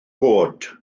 goed